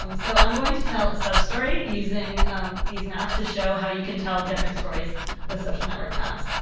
um so i'm going to tell a sub story using these maps to show how you can tell different stories with social network maps.